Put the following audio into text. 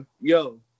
yo